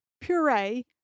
puree